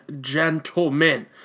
gentlemen